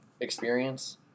experience